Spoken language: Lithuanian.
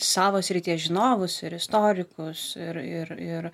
savo srities žinovus ir istorikus ir ir ir